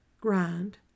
grind